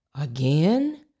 Again